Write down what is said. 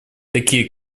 такие